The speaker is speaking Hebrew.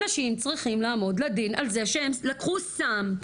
אנשים צריכים לעמוד לדין על זה שהם לקחו סם,